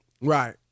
Right